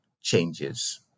changes